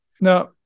Now